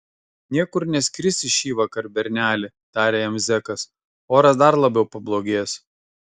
niekur neskrisi šįvakar berneli tarė jam zekas oras dar labiau pablogės